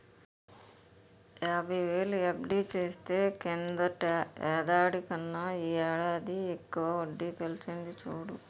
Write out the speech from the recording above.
యాబైవేలు ఎఫ్.డి చేస్తే కిందటేడు కన్నా ఈ ఏడాది ఎక్కువ వడ్డి కలిసింది చూడు